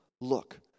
look